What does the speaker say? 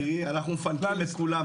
יקירי, אנחנו מפנקים את כולם.